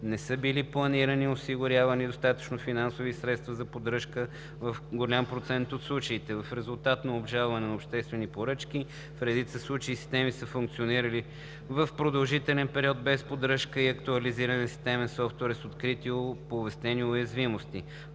не са били планирани и осигурявани достатъчно финансови средства за поддръжка в голям процент от случаите. В резултат на обжалване на обществени поръчки в редица случаи системи са функционирали в продължителен период без поддръжка и актуализиране на системен софтуер с открити и оповестени уязвимости.